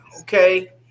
Okay